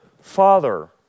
father